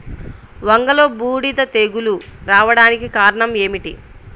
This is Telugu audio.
వంగలో బూడిద తెగులు రావడానికి కారణం ఏమిటి?